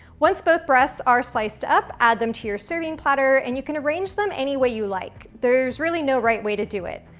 once both breasts are sliced up, add them to your serving platter, and you can arrange them any way you like. there's really no right way to do it.